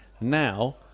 now